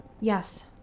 Yes